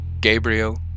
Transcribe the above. Gabriel